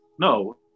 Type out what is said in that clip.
No